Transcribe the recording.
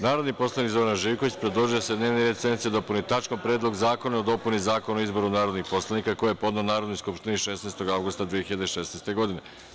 Narodni poslanik Zoran Živković, predložio je da se dnevni red sednice dopuni tačkom - Predlog zakona o dopuni Zakona o izboru narodnih poslanika, koji je podneo Narodnoj skupštini 16. avgusta 2016. godine.